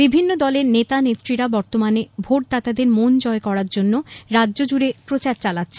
বিভিন্ন দলের নেতা নেত্রীরা বর্তমানে ভোটদাতাদের মন জয় করার জন্য রাজ্য জুড়ে প্রচার চালাচ্ছেন